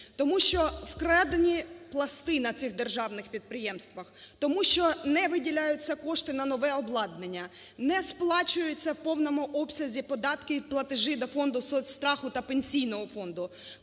Тому що вкрадені пласти на цих державних підприємствах. Тому що не виділяються кошти на нове обладнання. Не сплачуються в повному обсязі податки і платежі до Фонду соцстраху та Пенсійного фонду.